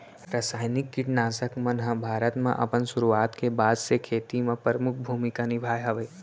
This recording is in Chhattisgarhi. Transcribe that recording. रासायनिक किट नाशक मन हा भारत मा अपन सुरुवात के बाद से खेती मा परमुख भूमिका निभाए हवे